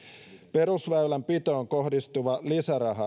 perusväylänpitoon kohdistuva lisäraha